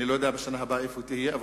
אני לא יודע איפה היא תהיה בשנה הבאה,